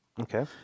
Okay